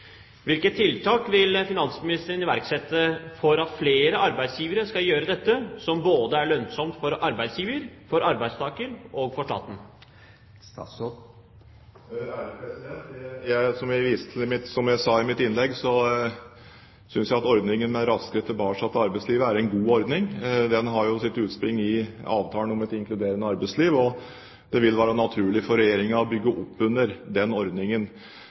Hvilke tiltak vil finansministeren iverksette for at flere arbeidsgivere skal gjøre dette, som er lønnsomt både for arbeidsgiver, for arbeidstaker og for staten? Som jeg sa i mitt innlegg, synes jeg at ordningen Raskere tilbake er en god ordning. Den har sitt utspring i avtalen om et inkluderende arbeidsliv, og det vil være naturlig for Regjeringen å bygge opp under den ordningen.